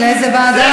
לאיזה ועדה?